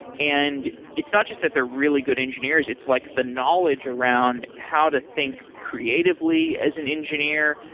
and it's not just that they're really good engineers. it's like the knowledge around how to think creatively as an engineer,